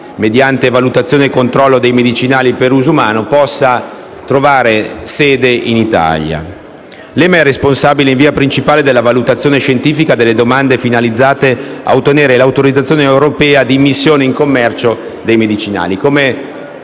mediante valutazione e controllo dei medicinali per uso umano, possa trovare sede in Italia. L'EMA è responsabile, in via principale, della valutazione scientifica delle domande finalizzate ad ottenere l'autorizzazione europea di immissione in commercio per i medicinali.